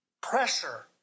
pressure